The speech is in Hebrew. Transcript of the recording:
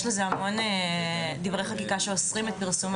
יש לזה המון דברי חקיקה שאוסרים את פרסום